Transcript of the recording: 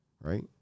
right